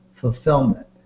fulfillment